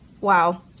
Wow